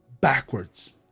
backwards